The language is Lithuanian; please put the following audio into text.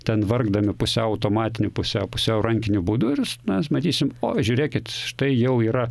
ten vargdami pusiau automatiniu pusiau pusiau rankiniu būdu ir mes matysim o žiūrėkit štai jau yra